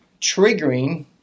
triggering